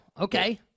Okay